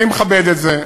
אני מכבד את זה.